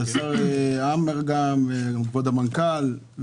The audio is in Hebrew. השר עמאר, כבוד המנכ"ל.